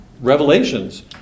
revelations